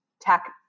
Tech